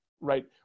right